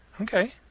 Okay